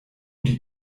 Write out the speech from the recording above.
die